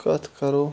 کَتھ کَرو